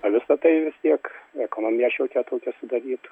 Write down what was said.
o visa tai vis tiek ekonomiją šiokią tokią sudarytų